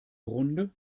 runde